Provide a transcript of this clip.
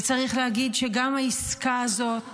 וצריך להגיד שגם העסקה הזאת